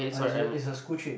oh it's a it's a school trip